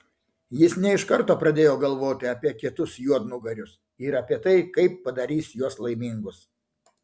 jis ne iš karto pradėjo galvoti apie kitus juodnugarius ir apie tai kaip padarys juos laimingus